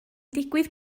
digwydd